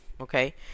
Okay